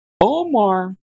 Omar